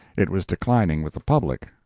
it was declining with the public,